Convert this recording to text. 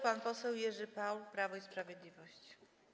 Pan poseł Jerzy Paul, Prawo i Sprawiedliwość.